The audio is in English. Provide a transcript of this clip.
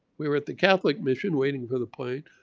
we were at the catholic mission waiting for the plane.